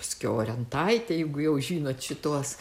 paskiau orentaitė jeigu jau žinot šituos